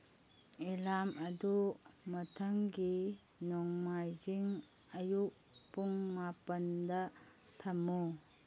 alarm ꯑꯗꯨ ꯃꯊꯪꯒꯤ ꯅꯣꯡꯃꯥꯏꯖꯤꯡ ꯑꯌꯨꯛ ꯄꯨꯡ ꯃꯥꯄꯟꯗ ꯊꯝꯃꯨ